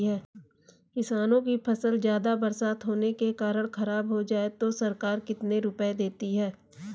किसानों की फसल ज्यादा बरसात होने के कारण खराब हो जाए तो सरकार कितने रुपये देती है?